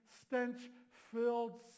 stench-filled